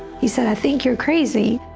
he said, i think you're crazy,